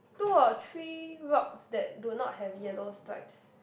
two or three rocks that do not have yellow stripes